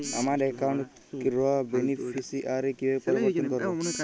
আমার অ্যাকাউন্ট র বেনিফিসিয়ারি কিভাবে পরিবর্তন করবো?